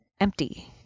Empty